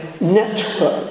network